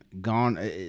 gone